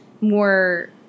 more